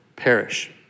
perish